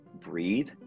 breathe